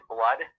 Blood